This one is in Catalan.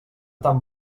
tan